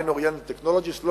Mind Oriented Technologies,